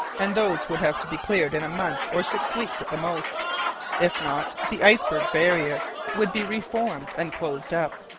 and those would have to be cleared in a month or six weeks at the most if not, the iceberg barrier would be re-formed and closed-up.